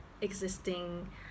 existing